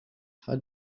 had